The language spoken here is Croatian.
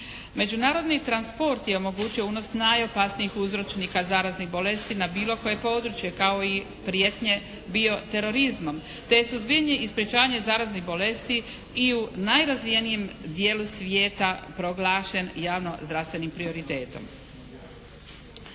Međunarodni transport je omogućio unos najopasnijih uzročnika zaraznih bolesti na bilo koje područje kao i prijetnje bio terorizmom te suzbijanje i sprečavanje zaraznih bolesti i u najrazvijenijem dijelu svijeta proglašen javno zdravstvenim prioritetom.